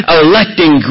electing